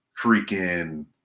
freaking